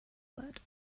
word